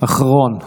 אחרון הדוברים.